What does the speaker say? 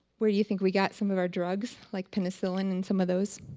where do you think we got some of our drugs like penicillin and some of those?